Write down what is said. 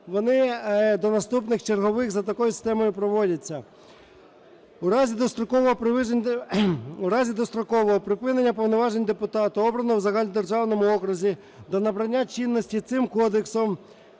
вони до наступних чергових за такою системою проводяться. У разі дострокового припинення повноважень депутата, обраного в загальнодержавному окрузі, до набрання чинності цим Кодексом,